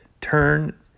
turn